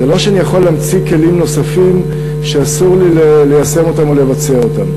זה לא שאני יכול להמציא כלים נוספים שאסור לי ליישם או לבצע אותם.